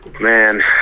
Man